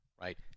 right